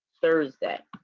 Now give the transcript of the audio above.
Thursday